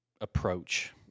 approach